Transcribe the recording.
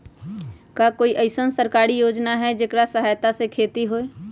का कोई अईसन सरकारी योजना है जेकरा सहायता से खेती होय?